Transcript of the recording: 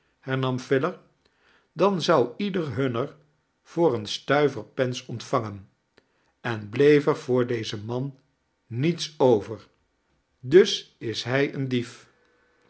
hernam filer dan zou ieder hunner voor een stuiver pens ontvangen en bleef er voor dezen man niets over dus is hij een dief